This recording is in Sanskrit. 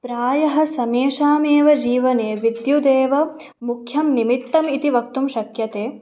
प्रायः समेषामेव जीवने विद्युदेव मुख्यं निमित्तम् इति वक्तुं शक्यते